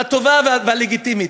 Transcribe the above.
הטובה והלגיטימית.